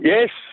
Yes